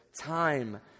time